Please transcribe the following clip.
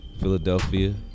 Philadelphia